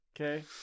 okay